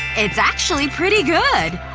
it's actually pretty good!